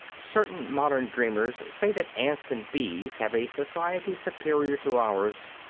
certain modern dreamers say that ants and bees have a society superior to ours.